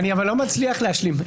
אני לא מצליח להשלים.